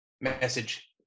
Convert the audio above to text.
message